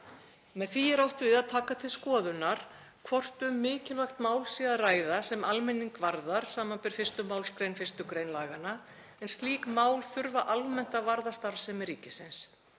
Með því er átt við að taka til skoðunar hvort um mikilvægt mál sé að ræða sem almenning varðar, sbr. 1. mgr. 1. gr. laganna, en slík mál þurfa almennt að varða starfsemi ríkisins.